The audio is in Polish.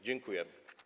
Dziękuję.